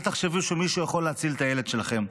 אל תחשבו שמישהו יכול להציל את הילד שלכם.